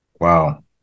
Wow